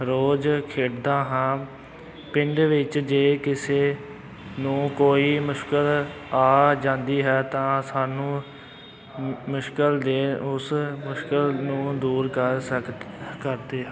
ਰੋਜ਼ ਖੇਡਦਾ ਹਾਂ ਪਿੰਡ ਵਿੱਚ ਜੇ ਕਿਸੇ ਨੂੰ ਕੋਈ ਮੁਸ਼ਕਿਲ ਆ ਜਾਂਦੀ ਹੈ ਤਾਂ ਸਾਨੂੰ ਮੁਸ਼ਕਿਲ ਦੇ ਉਸ ਮੁਸ਼ਕਿਲ ਨੂੰ ਦੂਰ ਕਰ ਸਕਦੇ ਕਰਦੇ ਹਾਂ